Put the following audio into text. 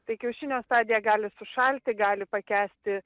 tai kiaušinio stadija gali sušalti gali pakęsti